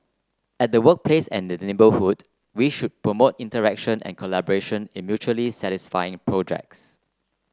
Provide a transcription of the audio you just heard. at the workplace and the neighbourhoods we should promote interaction and collaboration in mutually satisfying projects